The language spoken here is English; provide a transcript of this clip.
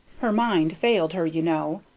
her mind failed her, you know.